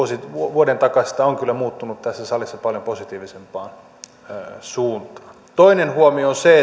vuoden takaisesta on kyllä muuttunut tässä salissa paljon positiivisempaan suuntaan toinen huomio on se